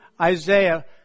Isaiah